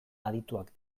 adituak